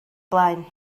blaen